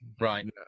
Right